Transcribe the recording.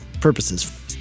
purposes